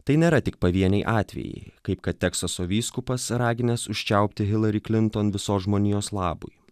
tai nėra tik pavieniai atvejai kaip kad teksaso vyskupas raginęs užčiaupti hilary klinton visos žmonijos labui